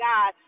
God